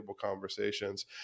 conversations